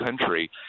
country